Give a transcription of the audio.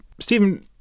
Stephen